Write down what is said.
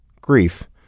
Grief